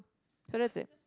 so that's it